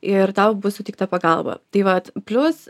ir tau bus suteikta pagalba tai vat plius